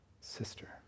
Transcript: sister